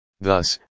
Thus